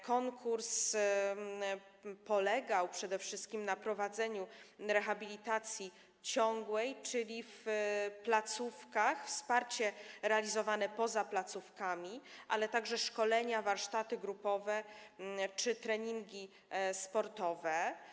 Konkurs polegał przede wszystkim na prowadzeniu rehabilitacji ciągłej, czyli w placówkach, wsparciu realizowanym poza placówkami, ale także szkoleniach, warsztatach grupowych czy treningach sportowych.